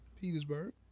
Petersburg